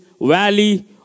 valley